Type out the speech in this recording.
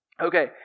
Okay